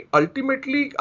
ultimately